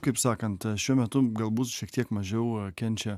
kaip sakant šiuo metu galbūt šiek tiek mažiau kenčia